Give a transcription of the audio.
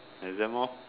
exam hor